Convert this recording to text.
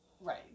right